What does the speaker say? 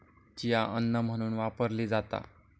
chia अन्न म्हणून वापरली जाता